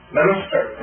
minister